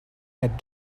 had